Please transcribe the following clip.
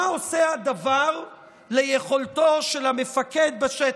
מה עושה הדבר ליכולתו של המפקד בשטח,